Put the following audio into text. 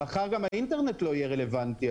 מחר גם האינטרנט לא יהיה רלוונטי.